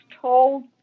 told